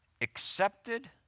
accepted